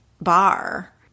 bar